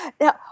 now